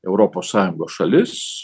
europos sąjungos šalis